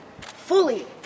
fully